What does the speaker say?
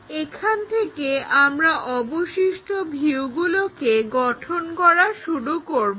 এখান থেকে আমরা অবশিষ্ট ভিউগুলোকে গঠন করা শুরু করবো